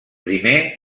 primer